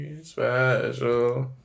Special